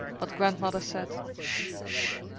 but grandmother said sh!